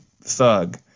thug